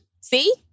See